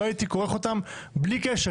לא הייתי כורך אותם בלי קשר,